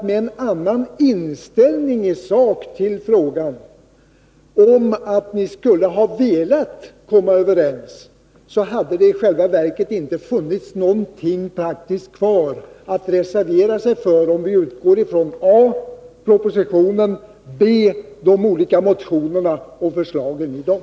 Med en annan inställning i sak till frågan om att ni skulle ha velat komma överens, hade det i själva verket inte funnits någonting kvar att reservera sig för, om vi utgår från a) propositionen och b) de olika motionerna och förslagen i dem.